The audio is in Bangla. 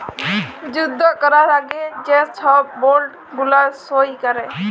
যুদ্ধ ক্যরার আগে যে ছব বল্ড গুলা সই ক্যরে